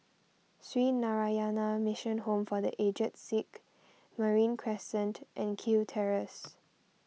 Sree Narayana Mission Home for the Aged Sick Marine Crescent and Kew Terrace